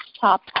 top